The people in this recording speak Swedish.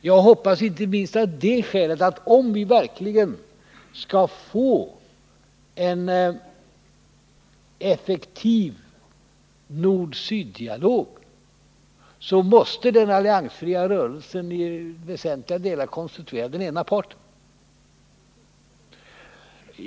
Jag hoppas det, inte minst av det skälet att om vi verkligen skall få en effektiv nord-syd-dialog måste den alliansfria rörelsen i väsentliga delar konstituera den ena parten.